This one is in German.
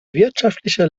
wirtschaftliche